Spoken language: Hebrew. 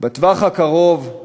בטווח הקרוב,